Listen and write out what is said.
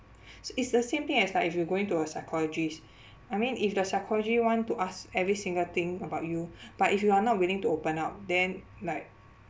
s~ it's the same thing as like if you're going to a psychologist I mean if the psychology want to ask every single thing about you but if you are not willing to open up then like